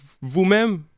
vous-même